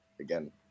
again